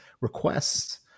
requests